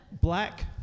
Black